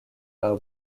par